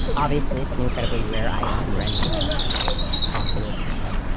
obviously, it's an incredibly rare item for any um scripopholist,